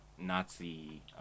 nazi